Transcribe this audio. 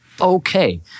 okay